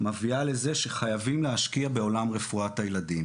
מביאה לזה שחייבים להשקיע בעולם רפואת הילדים,